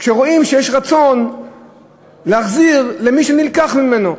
כשרואים שיש רצון להחזיר למי שנלקח ממנו,